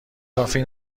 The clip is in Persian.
کافی